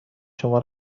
شما